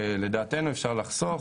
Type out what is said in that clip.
שלדעתנו אפשר לחסוך,